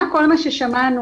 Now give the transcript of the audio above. למערכת.